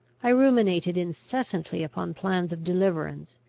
i ruminated incessantly upon plans of deliverance,